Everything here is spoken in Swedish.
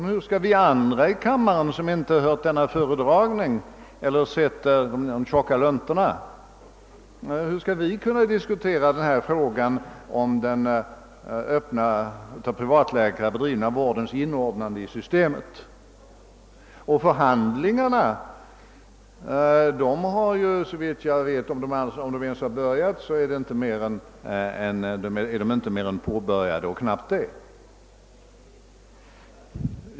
Men hur skall vi andra, som inte hört denna föredragning eller sett de tjocka luntorna, kunna diskutera frågan om den öppna, av privatläkare drivna vårdens inordnande i systemet? Förhandlingarna därom är såvitt jag vet inte mer än påbörjade och knappt det.